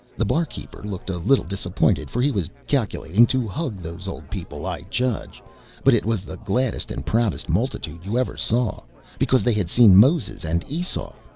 the barkeeper looked a little disappointed, for he was calculating to hug those old people, i judge but it was the gladdest and proudest multitude you ever saw because they had seen moses and esau.